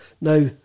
now